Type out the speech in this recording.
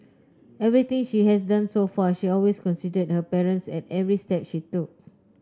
everything she has done so far she always considered her parents at every step she took